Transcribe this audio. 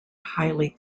highly